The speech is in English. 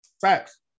Facts